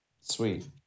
Sweet